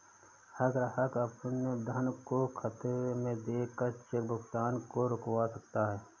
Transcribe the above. हर ग्राहक अपने धन को खतरे में देख कर चेक भुगतान को रुकवा सकता है